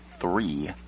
three